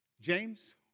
James